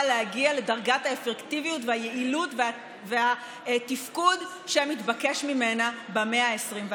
להגיע לדרגת האפקטיביות והיעילות והתפקוד שמתבקשת ממנה במאה ה-21.